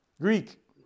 Greek